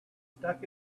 stuck